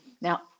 Now